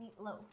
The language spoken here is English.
Meatloaf